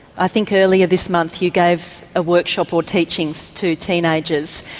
i think earlier this month you gave a workshop or teaching so to teenagers.